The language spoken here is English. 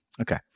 Okay